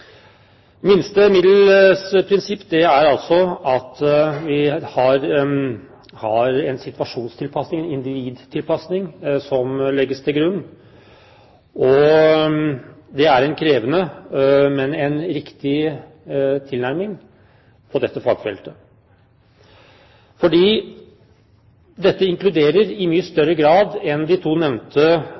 minste middels prinsipp er altså at vi har en situasjonstilpasning, en individtilpasning, som legges til grunn. Det er en krevende, men riktig tilnærming til dette fagfeltet fordi det inkluderer i mye større grad enn de to nevnte